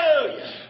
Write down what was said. Hallelujah